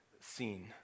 scene